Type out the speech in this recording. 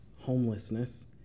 homelessness